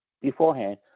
beforehand